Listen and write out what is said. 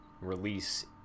release